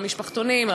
המשפחתונים,